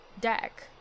deck